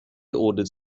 ordered